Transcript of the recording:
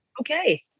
okay